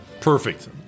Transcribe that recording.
Perfect